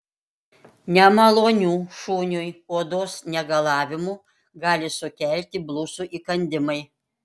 nemalonių šuniui odos negalavimų gali sukelti blusų įkandimai